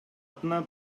атына